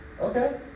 Okay